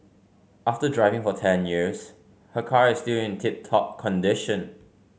after driving for ten years her car is still in tip top condition